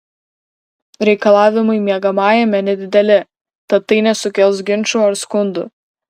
reikalavimai miegamajame nedideli tad tai nesukels ginčų ar skundų